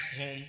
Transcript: home